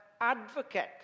advocate